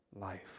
life